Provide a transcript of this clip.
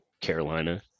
Carolina